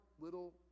little